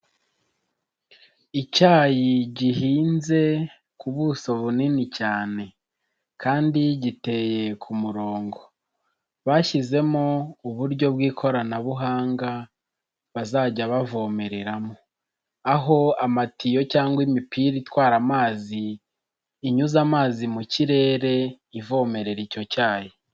Icyayi gihinze ku buso bunini cyane kandi giteye ku murongo, bashyizemo uburyo bw'ikoranabuhanga, bazajya bavomereramo, aho amatiyo cyangwa imipira itwara amazi inyuze amazi mu kirere, ivomerera icyo cyayi.